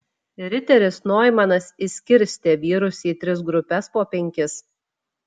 riteris noimanas išskirstė vyrus į tris grupes po penkis